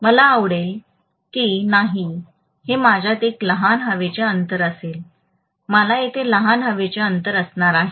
मला आवडेल की नाही हे माझ्यात एक लहान हवेचे अंतर असेल मला येथे लहान हवेचे अंतर असणार आहे